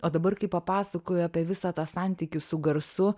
o dabar kai papasakojai apie visą tą santykį su garsu